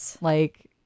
like-